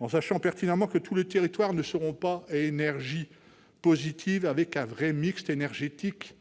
en sachant pertinemment que tous les territoires ne seront pas à énergie positive avec un véritable mix énergétique.